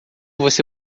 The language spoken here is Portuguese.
você